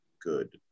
good